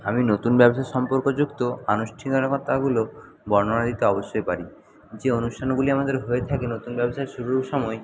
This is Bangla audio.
আমি নতুন ব্যবসা সম্পর্কযুক্ত আনুষ্ঠিনকতাগুলো বর্ণনা দিতে অবশ্যই পারি যে অনুষ্ঠানগুলি আমাদের হয়ে থাকে নতুন ব্যবসা শুরুর সময়ে